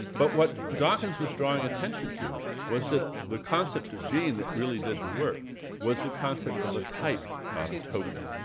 but what dawkins was drawing attention to was that the concept of a gene that really did the work was the concept of a type, not a token.